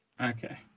Okay